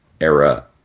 era